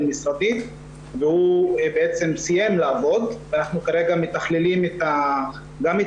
משרדית והוא סיים לעבוד ואנחנו כרגע מתכללים גם את